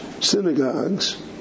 synagogues